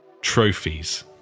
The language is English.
trophies